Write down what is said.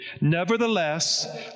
Nevertheless